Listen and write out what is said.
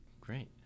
Great